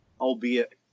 albeit